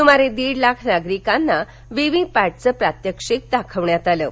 सुमारे दीड लाख नागरिकांना व्हीव्हीप क्रि प्रात्यक्षिक दाखवण्यात आलं आहे